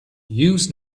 use